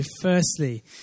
firstly